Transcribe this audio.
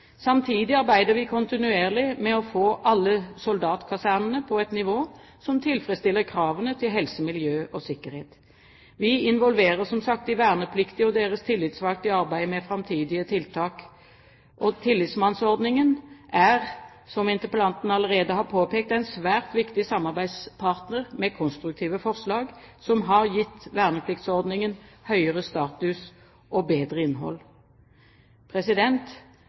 Samtidig arbeider vi kontinuerlig med å få alle soldatkasernene på et nivå som tilfredsstiller kravene til helse, miljø og sikkerhet. Vi involverer som sagt de vernepliktige og deres tillitsvalgte i arbeidet med framtidige tiltak. Tillitsmannsordningen er, som interpellanten allerede har påpekt, en svært viktig samarbeidspartner med konstruktive forslag, som har gitt vernepliktsordningen høyere status og bedre innhold.